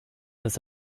dass